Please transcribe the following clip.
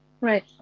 Right